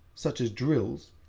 such as drills,